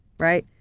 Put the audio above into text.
right?